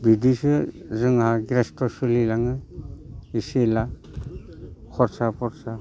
बिदिसो जोंहा गेसथ' सोलिलाङो गिसि गिला खरसा फरसा